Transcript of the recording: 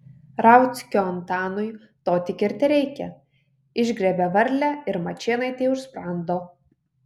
rauckio antanui to tik ir tereikia išgriebia varlę ir mačėnaitei už sprando